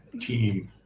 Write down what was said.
team